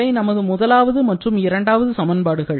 இவை நமது முதலாவது மற்றும் இரண்டாவது சமன்பாடுகள்